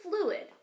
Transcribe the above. fluid